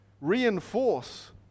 reinforce